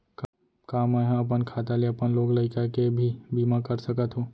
का मैं ह अपन खाता ले अपन लोग लइका के भी बीमा कर सकत हो